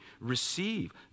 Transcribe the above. receive